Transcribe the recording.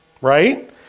right